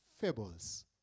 Fables